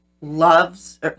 loves